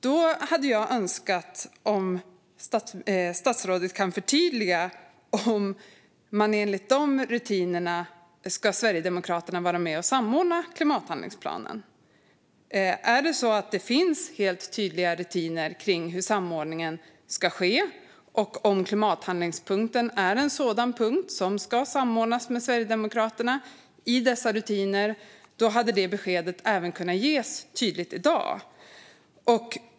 Jag hade önskat att statsrådet kunde förtydliga om Sverigedemokraterna enligt dessa rutiner ska vara med och samordna klimathandlingsplanen. Är det så att det finns helt tydliga rutiner för hur samordningen ska ske? Om klimathandlingsplanen är en punkt som enligt dessa rutiner ska samordnas med Sverigedemokraterna hade detta besked kunnat ges tydligt i dag.